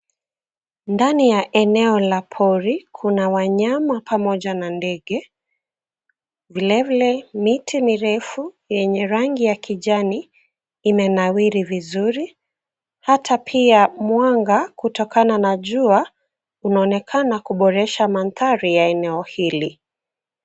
Ndani ya eneo la pori kuna wanyama pamoja na ndege vilevile miti mirefu yenye rangi ya kijani imenawiri vizuri, hata pia mwanga kutokana na jua unaonekana kuboresha mandhari ya eneo hili.